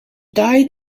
died